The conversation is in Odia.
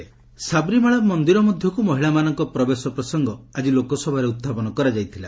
ଏଲ୍ଏସ୍ ସାବରିମାଳା ସାମରିମାଳା ମନ୍ଦିର ମଧ୍ୟକୁ ମହିଳାମାନଙ୍କ ପ୍ରବେଶ ପ୍ରସଙ୍ଗ ଆଜି ଲୋକସଭାରେ ଉହ୍ଚାପନ କରାଯାଇଥିଲା